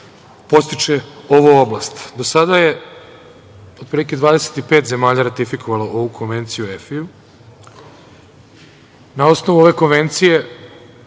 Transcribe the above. podstiče ovu oblast. Do sada je otprilike 25 zemalja ratifikovalo ovu Konvenciju EFI. Na osnovu ove konvencije